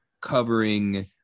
covering